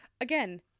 again